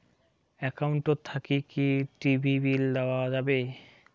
Account থাকি কি TV bill দেওয়া যাবে?